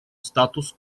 статус